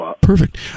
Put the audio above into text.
Perfect